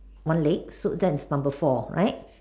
one leg so that's number four right